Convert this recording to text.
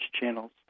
channels